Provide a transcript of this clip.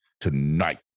tonight